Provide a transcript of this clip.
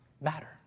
matter